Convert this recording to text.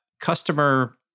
customer